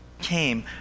came